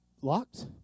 locked